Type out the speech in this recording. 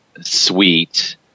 sweet